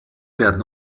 werden